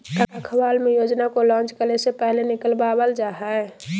अखबार मे योजना को लान्च करे से पहले निकलवावल जा हय